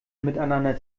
miteinander